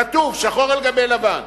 כתוב, שחור על גבי לבן.